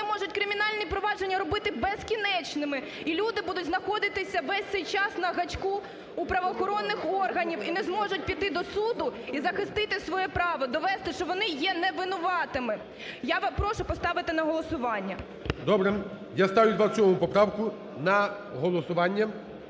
можуть кримінальні провадження робити безкінечними і люди будуть знаходитися весь цей час на гачку у правоохоронних органів і не зможуть піти до суду, і захистити своє право, довести, що вони є не винуватими. Я прошу поставити на голосування. ГОЛОВУЮЧИЙ. Добре. Я ставлю 27 поправку на голосування.